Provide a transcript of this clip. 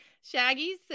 Shaggy's